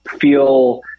feel